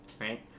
right